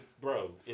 Bro